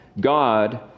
God